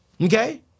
Okay